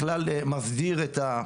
תוכנית המתקנים הנוכחית מדברת על 2.89